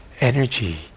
energy